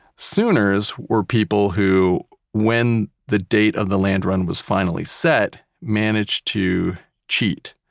sooners were people who when the date of the land run was finally set, managed to cheat.